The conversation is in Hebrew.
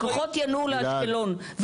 הכוחות ינועו לאשקלון.